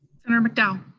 senator mcdowell?